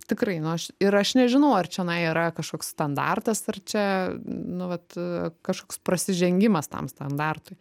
tikrai nu aš ir aš nežinau ar čionai yra kažkoks standartas ar čia nu vat kažkoks prasižengimas tam standartui